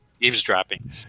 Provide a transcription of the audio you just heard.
eavesdropping